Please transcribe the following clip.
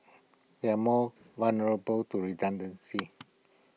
they are more vulnerable to redundancy